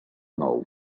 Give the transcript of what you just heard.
nou